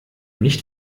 nicht